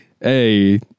Hey